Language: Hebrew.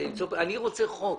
אני רוצה חוק